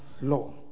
law